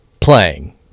playing